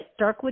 darkwood